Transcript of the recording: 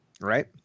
Right